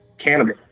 Cannabis